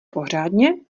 pořádně